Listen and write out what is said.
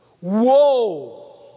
Whoa